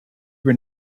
were